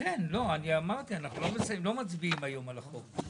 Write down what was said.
אני אמרתי אנחנו לא מצביעים היום על החוק.